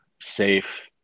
safe